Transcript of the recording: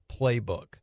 playbook